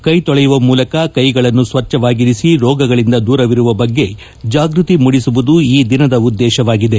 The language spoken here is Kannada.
ಕೈ ತೊಳೆಯುವ ಮೂಲಕ ಕೈಗಳನ್ನು ಸ್ವಚ್ವವಾಗಿರಿಸಿ ರೋಗಗಳಿಂದ ದೂರವಿರುವ ಬಗ್ಗೆ ಜಾಗೃತಿ ಮೂಡಿಸುವುದು ಈ ದಿನದ ಉದ್ದೇಶವಾಗಿದೆ